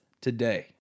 today